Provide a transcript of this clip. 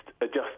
adjust